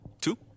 Two